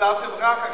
מה